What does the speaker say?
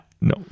No